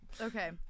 Okay